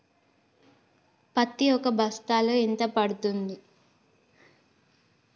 పత్తి ఒక బస్తాలో ఎంత పడ్తుంది?